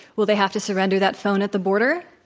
will they have to surrender that phone at the border?